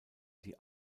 die